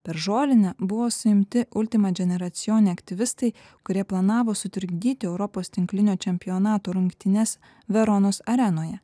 per žolinę buvo suimti ultimadžineracijone aktyvistai kurie planavo sutrikdyti europos tinklinio čempionato rungtynes veronos arenoje